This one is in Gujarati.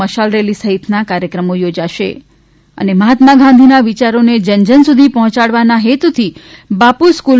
મશાલ રેલી સહિતના કાર્યક્રમો યોજાશે મહાત્મા ગાંધીના વિયારોને જન જન સુધી પહોચાડવાના હેતુથી બાપુ સ્ક્રલ